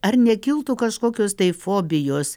ar nekiltų kažkokios tai fobijos